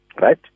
Right